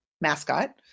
mascot